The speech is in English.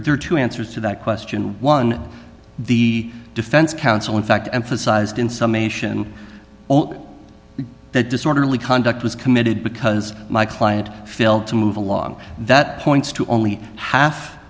are two answers to that question one the defense counsel in fact emphasized in some nation the disorderly conduct was committed because my client filter move along that points to only half